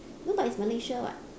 no but it's malaysia [what]